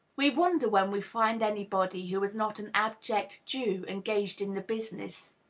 we wonder when we find anybody who is not an abject jew, engaged in the business.